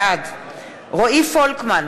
בעד רועי פולקמן,